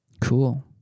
Cool